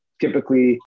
typically